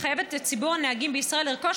מחייבת את ציבור הנהגים בישראל לרכוש